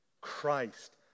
Christ